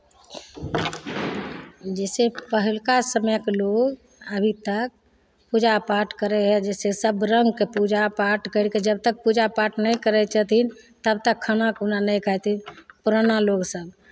जैसेकि पहिलुका समयके लोग अभी तक पूजा पाठ करै हइ जैसे सब रङ्गके पूजा पाठ करि कऽ जब तक पूजा पाठ नहि करै छथिन तब तक खाना खुना नहि खाइ छथिन पुराना लोकसभ